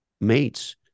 mates